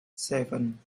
seven